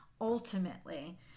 ultimately